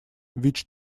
which